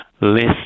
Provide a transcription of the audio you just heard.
list